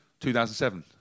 2007